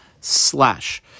Slash